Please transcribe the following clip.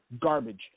Garbage